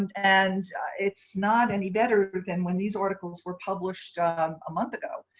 and and it's not any better than when these articles were published um a month ago.